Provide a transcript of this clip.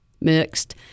mixed